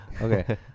Okay